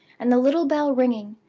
and the little bell ringing,